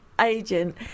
agent